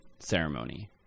Ceremony